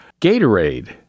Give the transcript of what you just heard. Gatorade